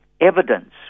evidence